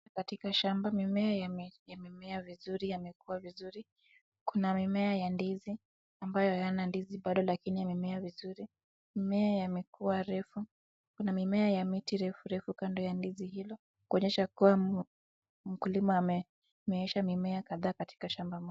Katika shamba mimea yame yamemea vizuri yamekua vizuri , kuna mimea ya ndizi ambayo yana ndizi lakini bado imemea vizuri , mmea yamekua refu kuna mimea ya miti refu refu kando ya ndizi hilo, kuonyesha kuwa mkulima amemeesha mimea kadhaa katika shamba moja.